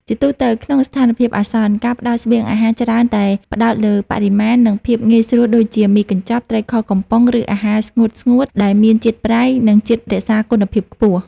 ជាទូទៅ ក្នុងស្ថានភាពអាសន្ន ការផ្តល់ស្បៀងអាហារច្រើនតែផ្តោតលើបរិមាណ និងភាពងាយស្រួលដូចជា មីកញ្ចប់ ត្រីខកំប៉ុង ឬអាហារស្ងួតៗ ដែលមានជាតិប្រៃ និងជាតិរក្សាគុណភាពខ្ពស់។